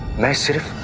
master.